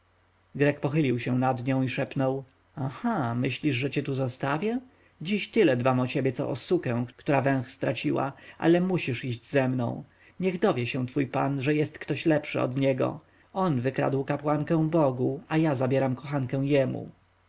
grek pochylił się nad nią i szeptał aha myślisz że cię tu zostawię dziś tyle dbam o ciebie co o sukę która węch straciła ale musisz iść ze mną niech dowie się twój pan że jest ktoś lepszy od niego on wykradł kapłankę bogini a ja zabieram kochankę jemu